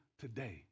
today